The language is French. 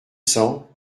cents